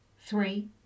Three